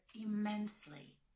immensely